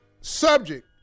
Subject